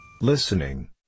Listening